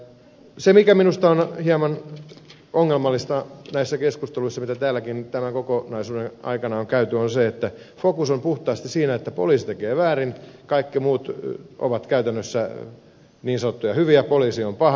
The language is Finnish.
se mikä minusta on hieman ongelmallista näissä keskusteluissa mitä täälläkin tämän kokonaisuuden aikana on käyty on se että fokus on puhtaasti siinä että poliisi tekee väärin kaikki muut ovat käytännössä niin sanottuja hyviä poliisi on paha